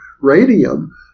radium